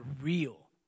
real